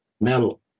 metal